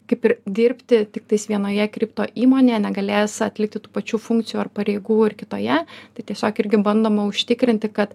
kaip ir dirbti tiktais vienoje kripto įmonėje negalė atlikti tų pačių funkcijų ar pareigų ir kitoje tai tiesiog irgi bandoma užtikrinti kad